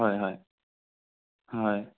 হয় হয় হয়